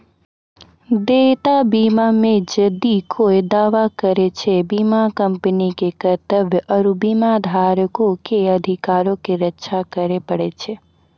देयता बीमा मे जदि कोय दावा करै छै, बीमा कंपनी के कर्तव्य आरु बीमाधारको के अधिकारो के रक्षा करै पड़ै छै